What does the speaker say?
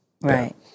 Right